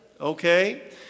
okay